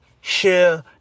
share